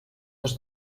dos